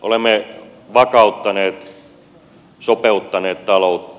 olemme vakauttaneet sopeuttaneet taloutta